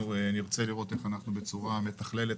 אנחנו נרצה לראות איך אנחנו בצורה מתכללת